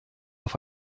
auf